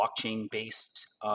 blockchain-based